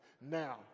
now